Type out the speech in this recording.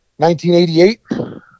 1988